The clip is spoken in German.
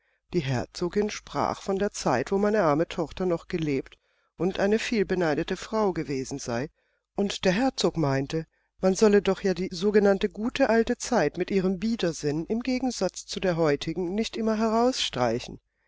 die herzogin sprach von der zeit wo meine arme tochter noch gelebt und eine vielbeneidete frau gewesen sei und der herzog meinte man solle doch ja die sogenannte gute alte zeit mit ihrem biedersinn im gegensatz zu der heutigen nicht immer